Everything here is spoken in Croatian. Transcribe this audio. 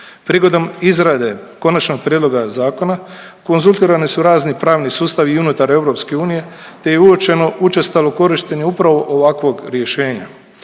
Prigodom izrade Konačnog prijedloga zakona, konzultirani su razni pravni sustavi unutar Europske unije te je uočeno učestalo korištenje upravo ovakvog rješenja.